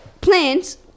plants